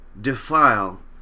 defile